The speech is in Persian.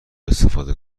استفاده